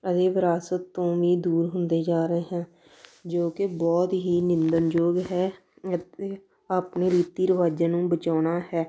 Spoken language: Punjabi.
ਅਸੀਂ ਵਿਰਾਸਤ ਤੋਂ ਵੀ ਦੂਰ ਹੁੰਦੇ ਜਾ ਰਹੇ ਹਾਂ ਜੋ ਕਿ ਬਹੁਤ ਹੀ ਨਿੰਦਣਯੋਗ ਹੈ ਅਤੇ ਆਪਣੇ ਰੀਤੀ ਰਿਵਾਜ਼ਾਂ ਨੂੰ ਬਚਾਉਣਾ ਹੈ